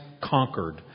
conquered